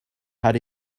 had